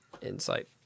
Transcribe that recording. Insight